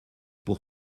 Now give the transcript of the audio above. pour